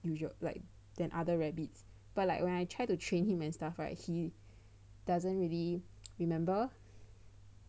usual like than other rabbits but like when I try to train him and stuff right he doesn't really remember